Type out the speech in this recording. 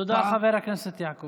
תודה, חבר הכנסת יעקב אשר.